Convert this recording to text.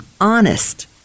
honest